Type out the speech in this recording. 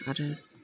आरो